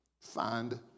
Find